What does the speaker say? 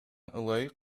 ылайык